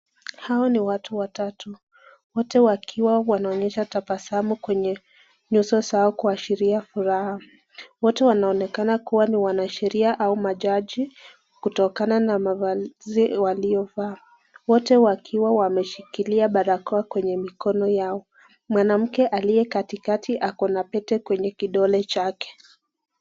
Hawa ni watu watatu wote wakionyesha tabasamu kuashiria furaha wote wanaonekana ni wanasheria au majaji kutokana na mavazi walio Vaa wote wakiwa wameshikilia barakoa kwenye mikono Yao , mwanamke aliko katikati ako na Pete kwa mkono yake katitka kidole chake.